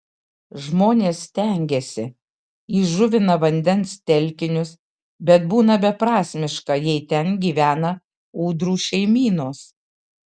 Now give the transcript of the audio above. žmonės stengiasi įžuvina vandens telkinius bet būna beprasmiška jei ten gyvena ūdrų šeimynos